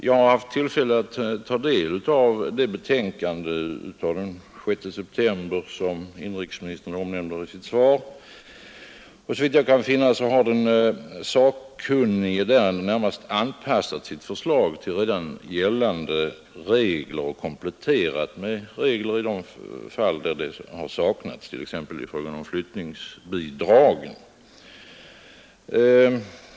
Jag har haft tillfälle att ta del av det betänkande av den 6 september som inrikesministern omnämnde i sitt svar, och såvitt jag kan finna har den sakkunnige närmast anpassat sitt förslag till redan gällande bestämmelser och kompletterat med regler i de fall där sådana saknats, t.ex. i fråga om flyttningsbidragen.